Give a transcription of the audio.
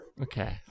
Okay